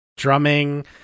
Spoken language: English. Drumming